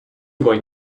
going